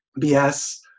BS